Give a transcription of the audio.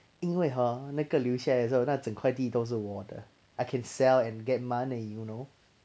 因为 hor 那个留下来的时候那整块地都是我的 I can sell and get money you know